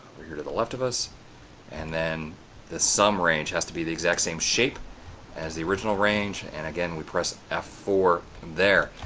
we're here to the left of this and then the sum range has to be the exact same shape as the original range and again we press f four there.